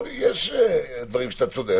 יש דברים שאתה צודק,